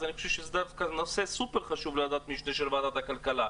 אז אני חושב שזה דווקא נושא סופר חשוב לוועדת המשנה של ועדת הכלכלה.